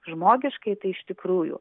žmogiškai tai iš tikrųjų